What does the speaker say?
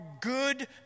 good